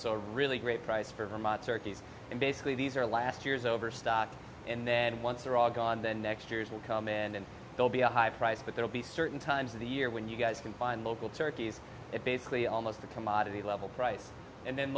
a really great price for vermont turkeys and basically these are last year's overstocked and then once they're all gone the next years will come in and they'll be a high price but they will be certain times of the year when you guys can find local turkeys that basically almost a commodity level price and then